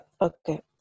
okay